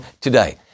today